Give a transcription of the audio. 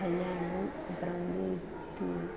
கல்யாணம் அப்புறம் வந்து இது